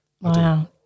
Wow